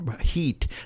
heat